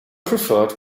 preferred